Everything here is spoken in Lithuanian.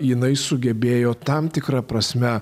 jinai sugebėjo tam tikra prasme